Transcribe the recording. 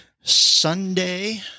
Sunday